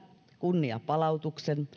kunniapalautuksen